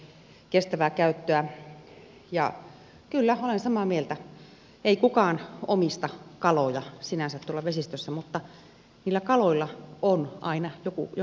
ja kyllä olen samaa mieltä ei kukaan omista kaloja sinänsä tuolla vesistössä mutta niillä kaloilla on aina joku joka niitä hoitaa